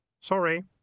Sorry